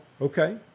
Okay